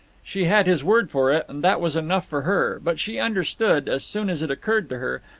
she had his word for it, and that was enough for her but she understood, as soon as it occurred to her,